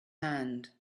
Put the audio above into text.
hand